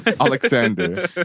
Alexander